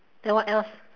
then what else